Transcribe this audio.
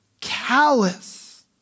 callous